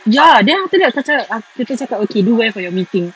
ya then after that kau cakap kita cakap okay do well for your meeting